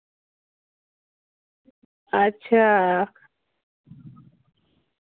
अच्छा